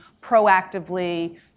proactively